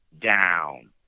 down